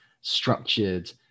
structured